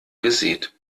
gesät